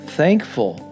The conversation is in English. thankful